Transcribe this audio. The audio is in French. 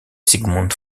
sigmund